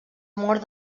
mort